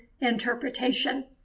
interpretation